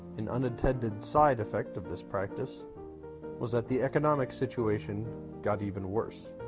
an unintended side effect of this practice was that the economic situation got even worse.